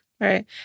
Right